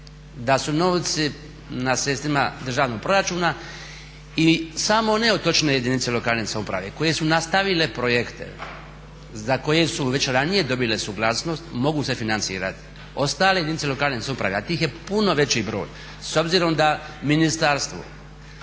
da su novci na sredstvima državnog proračuna i samo one otočne jedinice lokalne samouprave koje su nastavile projekte za koje su već ranije dobile suglasnost mogu se financirati. Ostale jedinice lokalne samouprave a tih je puno veći broj s obzirom da Ministarstvo